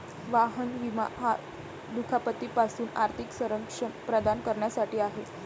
वाहन विमा हा दुखापती पासून आर्थिक संरक्षण प्रदान करण्यासाठी आहे